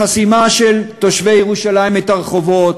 החסימה של תושבי ירושלים את הרחובות,